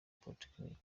polytechnic